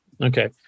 Okay